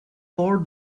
four